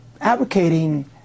advocating